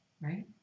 Right